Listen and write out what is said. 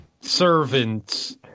servants